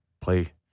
play